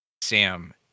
Sam